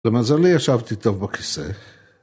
למזלי ישבתי טוב בכיסא.